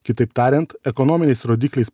kitaip tariant ekonominiais rodikliais